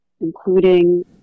including